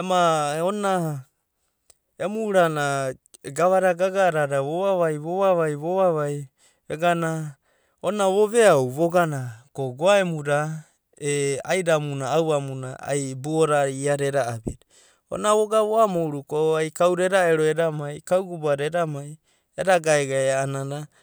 ema gava da gaga’a adada vuvaivai, uovaivai vegana onina vo veau vogana ko goeamu da a aida mu e aua mu na ai bao da ai iada eda abi, onina vogana vo amouru ko, ai koada, kau gubade eda ero eda mai a’anana ai kerere, badina na buo da goaemu na ve abi.